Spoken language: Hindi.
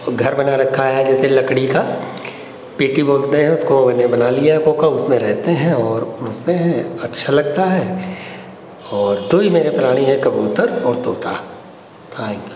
और घर बना रखा है जैसे लकड़ी का पेटी बोलते हैं उसको मैंने बना लिया है खोखा उसमें रहते हैं और उड़ते हैं अच्छा लगता है और दो ही मेरे प्राणी हैं कबूतर और ताेता